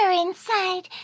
inside